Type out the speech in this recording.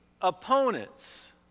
opponents